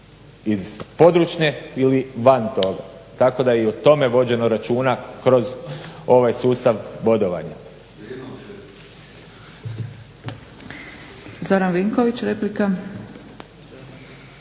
iz područne ili van toga. Tako da je i o tome vođeno računa kroz ovaj sustav bodovanja.